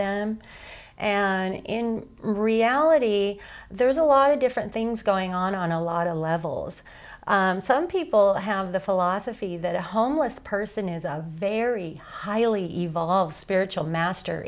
them and in reality there's a lot of different things going on on a lot of levels some people have the philosophy that a homeless person is a very highly evolved spiritual master